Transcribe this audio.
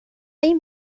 این